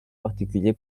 particulier